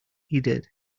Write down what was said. heeded